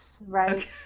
right